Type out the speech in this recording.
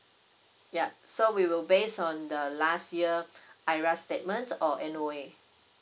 yup so we will base on the last year I_R statement or N_O_A